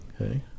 Okay